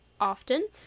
often